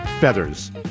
Feathers